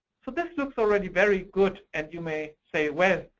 so this looks already very good. and you may say, well,